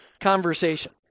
conversation